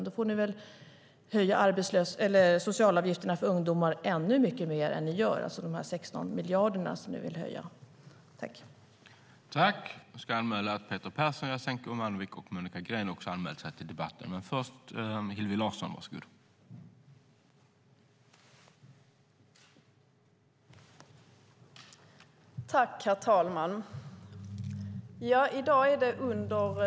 Då får ni väl höja socialavgifterna för ungdomar med mycket mer än de 16 miljarder som ni vill höja med.